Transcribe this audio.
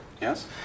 Yes